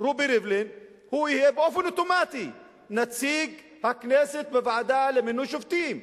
רובי ריבלין הוא יהיה באופן אוטומטי נציג הכנסת בוועדה למינוי שופטים?